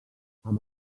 amb